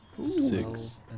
Six